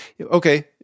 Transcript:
Okay